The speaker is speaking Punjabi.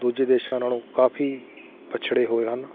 ਦੂਜੇ ਦੇਸ਼ਾਂ ਨਾਲੋਂ ਕਾਫੀ ਪਛੜੇ ਹੋਏ ਹਨ